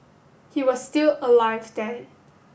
he was still alive then